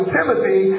Timothy